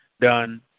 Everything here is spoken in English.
done